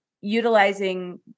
utilizing